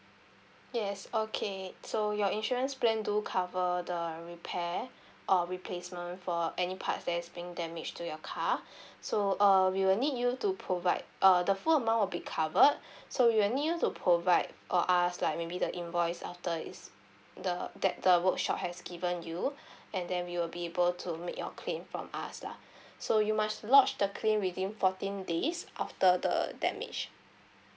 yes okay so your insurance plan do cover the repair or replacement for any parts that is being damage to your car so uh we will need you to provide uh the full amount will be covered so we will need you to provide for us like maybe the invoice of the is the that the workshop has given you and then we will be able to make your claim from us lah so you must lodge the claim within fourteen days of the the damage